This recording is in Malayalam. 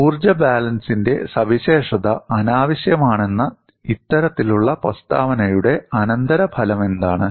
ഊർജ്ജ ബാലൻസിന്റെ സവിശേഷത അനാവശ്യമാണെന്ന ഇത്തരത്തിലുള്ള പ്രസ്താവനയുടെ അനന്തരഫലമെന്താണ്